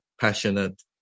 passionate